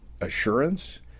assurance